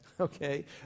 okay